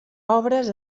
obres